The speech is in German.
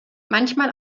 manchmal